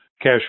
cash